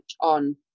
on